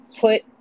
put